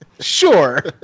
sure